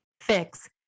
Fix